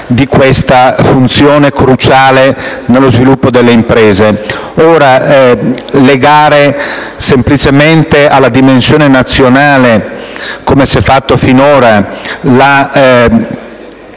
di questa funzione cruciale nello sviluppo delle imprese. Legare semplicemente alla dimensione nazionale, come si è fatto finora, la